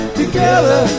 together